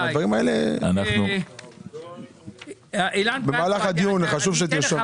הדברים האלה, במהלך הדיון חשוב שתרשום.